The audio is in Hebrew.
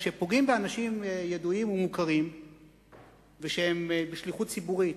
כשפוגעים באנשים ידועים ומוכרים ושהם בשליחות ציבורית,